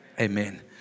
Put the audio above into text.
Amen